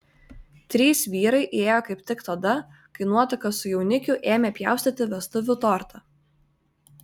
trys vyrai įėjo kaip tik tada kai nuotaka su jaunikiu ėmė pjaustyti vestuvių tortą